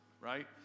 right